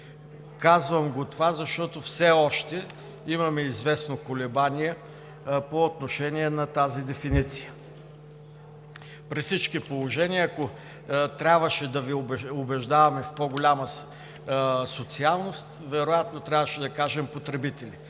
Казвам го това, защото все още имаме известно колебание по отношение на тази дефиниция. При всички положения, ако трябваше да Ви убеждаваме в по-голяма социалност, вероятно трябваше да кажем „потребители“,